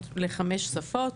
לחמש שפות,